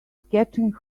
sketching